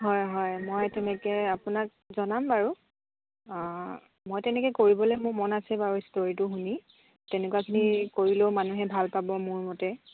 হয় হয় মই তেনেকে আপোনাক জনাম বাৰু মই তেনেকে কৰিবলে মোৰ মন আছে বাৰু ষ্টৰীটো শুনি তেনেকুৱা খিনি কৰিলেও মানুহে ভাল পাব মোৰ মতে